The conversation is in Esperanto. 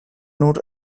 nur